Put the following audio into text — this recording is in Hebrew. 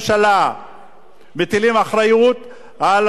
מטילים אחריות על השר לביטחון פנים,